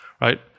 right